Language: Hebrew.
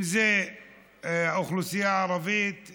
אם זה האוכלוסייה הערבית,